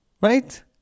Right